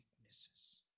weaknesses